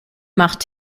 macht